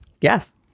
yes